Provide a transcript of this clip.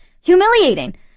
humiliating